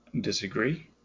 disagree